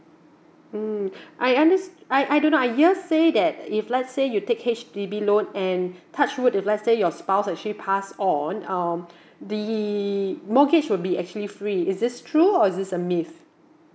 mm I under~ I I don't know I hear saying that if let's say you take H_D_B loan and touch wood if let's say your spouse is actually pass on um the mortgage would be actually free is this true or is this a myth